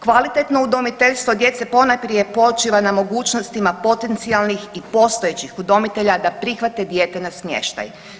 Kvalitetno udomiteljstvo djece ponajprije počiva na mogućnostima potencionalnih i postojećih udomitelja da prihvate dijete na smještaj.